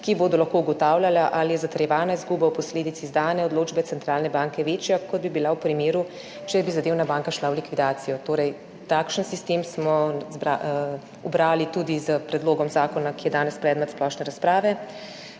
ki bodo lahko ugotavljala, ali je zatrjevana izguba posledic izdane odločbe centralne banke večja, kot bi bila v primeru, če bi zadevna banka šla v likvidacijo. Takšen sistem smo ubrali tudi s predlogom zakona, ki je danes predmet splošne razprave.